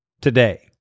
today